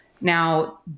Now